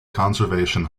conservation